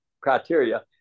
criteria